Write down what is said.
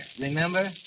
Remember